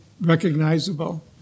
recognizable